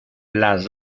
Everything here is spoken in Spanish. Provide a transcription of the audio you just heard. las